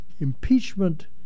impeachment